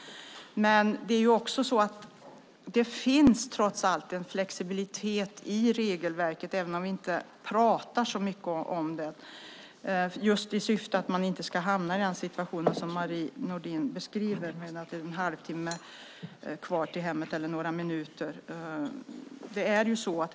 Det finns trots allt en flexibilitet i regelverket, även om vi inte pratar så mycket om det. Man ska inte hamna i den situation som Marie Nordén beskriver, där det är en halvtimme eller till och med bara några minuter kvar till hemmet.